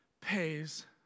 pays